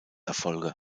erfolge